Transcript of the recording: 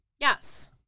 Yes